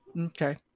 Okay